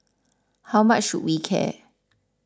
how much should we care